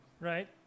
Right